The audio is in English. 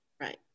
Right